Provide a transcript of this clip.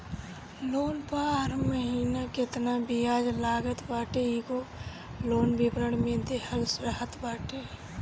loan पअ हर महिना केतना बियाज लागत बाटे इहो लोन विवरण में देहल रहत बाटे